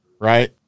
Right